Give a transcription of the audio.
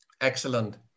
excellent